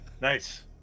Nice